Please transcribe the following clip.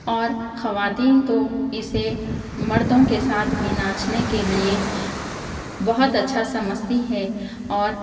اور خواتین تو اِسے مردوں کے ساتھ بھی ناچنے کے لیے بہت اچھا سمجھتی ہیں اور